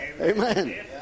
Amen